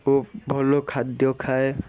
ଓ ଭଲ ଖାଦ୍ୟ ଖାଏ